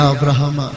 Abraham